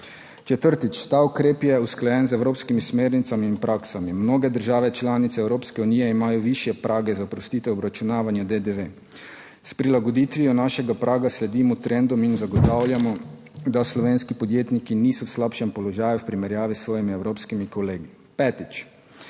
Četrtič, ta ukrep je usklajen z evropskimi smernicami in praksami. Mnoge države članice Evropske unije imajo višje prage za oprostitev obračunavanja DDV. S prilagoditvijo našega praga sledimo trendom in zagotavljamo, da slovenski podjetniki niso v slabšem položaju v primerjavi s svojimi evropskimi kolegi. Petič,